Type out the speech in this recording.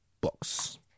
books